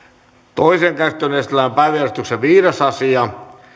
toiseen käsittelyyn esitellään päiväjärjestyksen viides asia